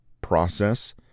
process